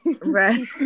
right